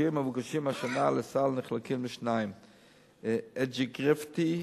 התכשירים המבוקשים השנה לסל נחלקים לשניים: Egrifta,